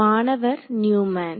மாணவர் நியூமேன்